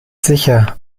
sicher